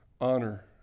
honor